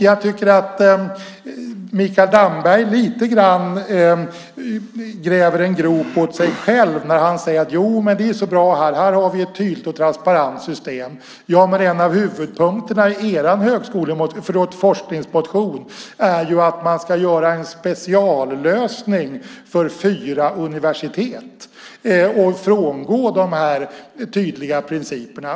Jag tycker att Mikael Damberg gräver en grop åt sig själv när han säger att det är bra att man har ett tydligt och transparent system. En av huvudpunkterna i er forskningsmotion är ju att man ska göra en speciallösning för fyra universitet och frångå de tydliga principerna.